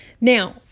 Now